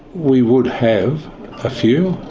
we would have ah few.